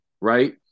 right